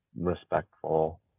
respectful